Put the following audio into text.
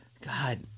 God